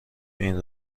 این